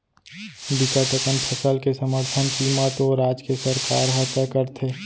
बिकट अकन फसल के समरथन कीमत ओ राज के सरकार ह तय करथे